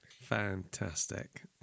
fantastic